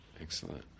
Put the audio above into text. excellent